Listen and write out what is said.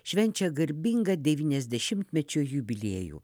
švenčia garbingą devyniasdešimtmečio jubiliejų